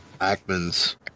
Ackman's